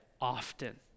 often